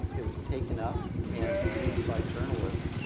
it was taken up and used by journalist,